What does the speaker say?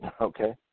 okay